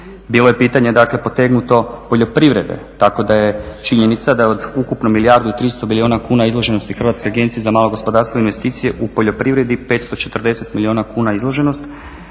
Bilo je pitanje dakle potegnuto poljoprivrede tako da je činjenica da od ukupno milijardu i 300 milijuna kuna izloženosti Hrvatske agencije za malo gospodarstvo i investicije u poljoprivredi 540 milijuna kuna izloženost.